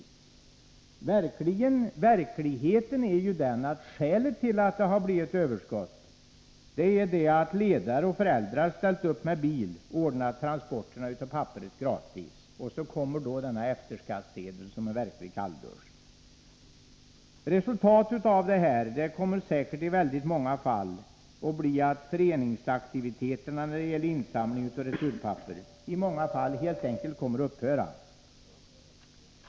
Det verkliga skälet till att det blivit överskott är ju att ledare och föräldrar ställt upp med bil och ordnat transporterna av papperet gratis — och så kommer då denna skattsedel som en verklig kalldusch. Resultatet blir säkerligen i många fall att föreningsaktiviteterna när det gäller insamling av returpapper helt enkelt kommer att upphöra.